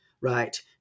right